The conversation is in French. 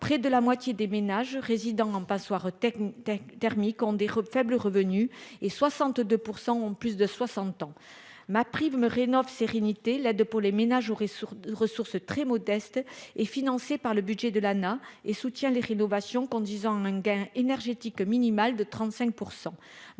près de la moitié des ménages résidant en passoire technique thermiques ont des faibles revenus et 62 % ont plus de 60 ans MaPrimeRénov'sérénité là de pour les ménages auraient sur des ressources très modestes et financé par le budget de l'ANA et soutient les rénovations qu'en disant un gain énergétique minimale de 35